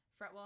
Fretwell